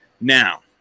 Now